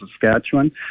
Saskatchewan